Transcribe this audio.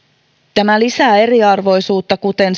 tämä lisää eriarvoisuutta kuten